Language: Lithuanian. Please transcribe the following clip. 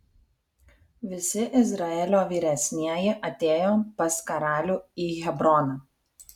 visi izraelio vyresnieji atėjo pas karalių į hebroną